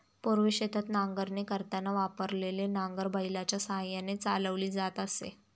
पूर्वी शेतात नांगरणी करताना वापरलेले नांगर बैलाच्या साहाय्याने चालवली जात असे